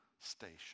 station